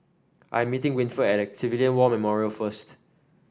I'm meeting Winford at Civilian War Memorial first